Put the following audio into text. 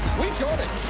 we got him!